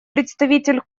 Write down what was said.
представитель